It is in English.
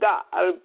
God